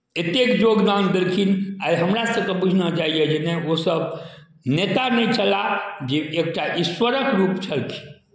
एतेक योगदान देलखिन आइ हमरासभकेँ बूझना जाइए जे नहि ओसभ नेता नहि छलाह जे एकटा ईश्वरक रूप छलखिन